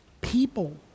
people